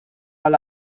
għal